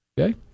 Okay